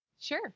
Sure